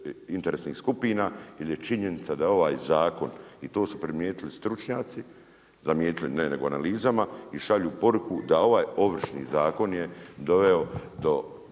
interesnih skupina. Jer je činjenica da ovaj zakon i to su primijetili stručnjaci, zamijetili ne, nego analizama i šalju poruku da ovaj Ovršni zakon je doveo do